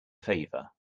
favor